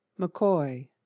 mccoy